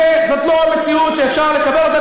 זאת לא מציאות שאפשר לקבל אותה,